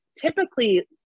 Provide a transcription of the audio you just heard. typically